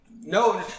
No